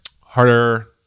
harder